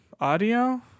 Audio